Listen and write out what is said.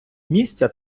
місця